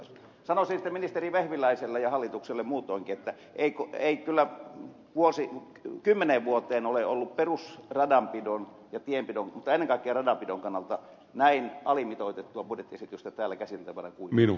sanon sitten ministeri vehviläiselle ja hallitukselle muutoinkin että ei kyllä kymmeneen vuoteen ole ollut perusradanpidon ja tienpidon mutta ennen kaikkea radanpidon kannalta näin alimitoitettua budjettiesitystä täällä käsiteltävänä kuin nyt